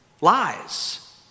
lies